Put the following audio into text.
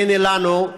הנה לנו,